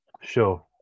Sure